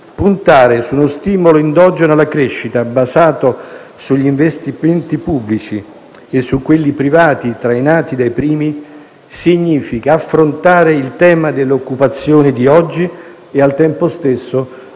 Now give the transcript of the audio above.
Puntare sullo stimolo endogeno alla crescita basato sugli investimenti pubblici e su quelli privati trainati dai primi significa affrontare il tema dell'occupazione di oggi e al tempo stesso